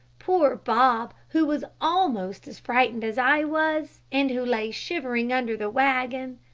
poor bob, who was almost as frightened as i was, and who lay shivering under the wagon,